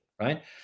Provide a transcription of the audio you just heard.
Right